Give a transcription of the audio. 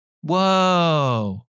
Whoa